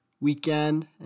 weekend